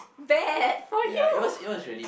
bad for you